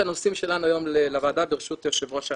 הנושאים שלנו היום לוועדה ברשות יושב ראש הוועדה.